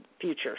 future